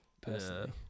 personally